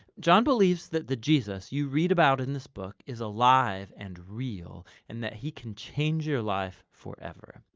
john believes that the jesus you read about in this book is alive and real, and that he can change your life forever.